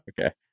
Okay